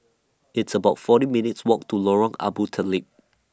It's about forty minutes' Walk to Lorong Abu Talib